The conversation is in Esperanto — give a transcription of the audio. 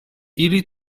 ili